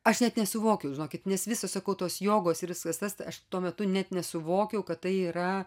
aš net nesuvokiau žinokit nes visos sakau tos jogos ir visa tas aš tuo metu net nesuvokiau kad tai yra